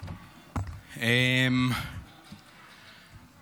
תודה רבה, אדוני היושב-ראש.